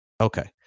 Okay